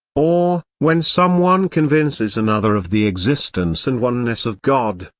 or, when someone convinces another of the existence and oneness of god,